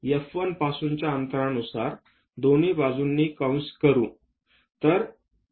त्यास F1 पासूनच्या अंतरानुसार दोन्ही बाजूंनी कंस करू